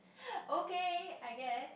okay I guess